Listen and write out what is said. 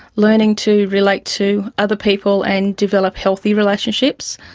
learning to relate to other people and develop healthy relationships,